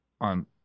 on